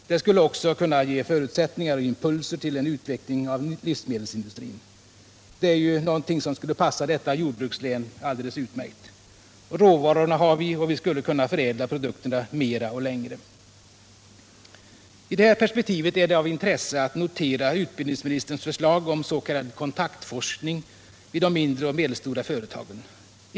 Denna skulle också kunna ge förutsättningar för och impulser till en utveckling av livsmedelsindustrin. Det är nu något som skulle passa detta jordbrukslän alldeles utmärkt. Råvarorna har vi, och vi skulle kunna förädla produkterna mera och längre. I det här perspektivet är det av intresse att notera utbildningsministerns förslag om s.k. kontaktforskning vid de mindre och medelstora företagen.